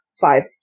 five